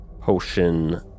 potion